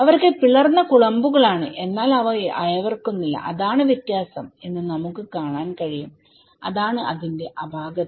അവർക്ക് പിളർന്ന കുളമ്പുകളാണ് എന്നാൽ അവ അയവിറക്കുന്നില്ല അതാണ് വ്യത്യാസം എന്ന് നമുക്ക് കാണാൻ കഴിയും അതാണ് അതിന്റെ അപാകത